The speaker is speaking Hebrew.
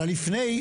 אבל ה-לפני,